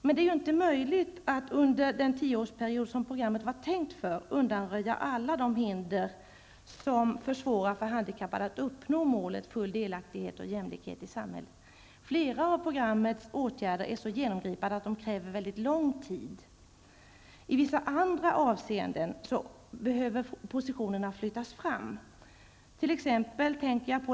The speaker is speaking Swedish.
Men det är inte möjligt att under den tioårsperiod som programmet var tänkt för undanröja alla hinder som försvårar för handikappade att uppnå målet full delaktighet och jämlikhet i samhället. Flera av programmets åtgärder är så genomgripande att det krävs en väldigt lång tid. I vissa andra avseenden behöver positionerna flyttas fram.